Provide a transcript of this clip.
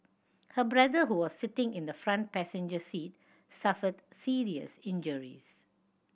her brother who was sitting in the front passenger seat suffered serious injuries